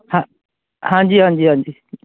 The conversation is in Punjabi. ਹਾਂ ਹਾਂਜੀ ਹਾਂਜੀ ਹਾਂਜੀ